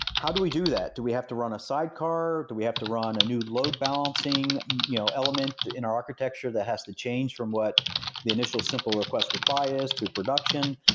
how do we do that? do we have to run a sidecar? do we have to run a new load balancing you know element in our architecture that has to change from what the initial simple request reply is to production?